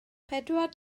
pedwar